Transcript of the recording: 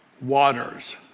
waters